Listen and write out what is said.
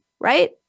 right